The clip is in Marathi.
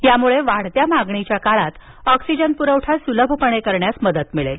यामुळे वाढत्या मागणीच्याकाळात ऑक्सीजन पुरवठा सुलभपणे करण्यात मदत मिळेल